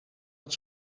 het